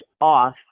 off